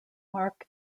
mark